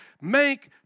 make